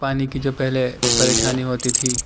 پانی کی جو پہلے پریشانی ہوتی تھی